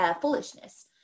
foolishness